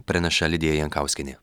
praneša lidija jankauskienė